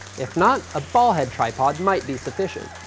if not, a ball head tripod might be sufficient.